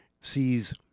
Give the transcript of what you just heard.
sees